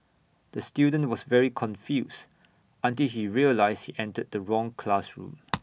the student was very confused until he realised he entered the wrong classroom